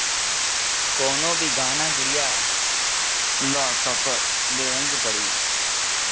कवनो भी गहना गुरिया लअ तअ कर देवही के पड़ी